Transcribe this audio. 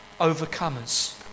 Overcomers